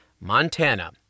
Montana